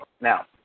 now